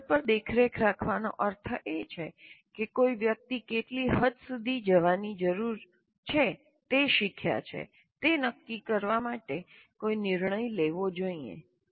ભણતર પર દેખરેખ રાખવાનો અર્થ એ છે કે કોઈ વ્યક્તિ કેટલી હદ સુધી જવાની જરૂર છે તે શીખ્યા છે તે નક્કી કરવા માટે કોઈ નિર્ણય લેવો જોઈએ